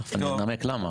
ותכף אני אנמק למה.